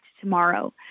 tomorrow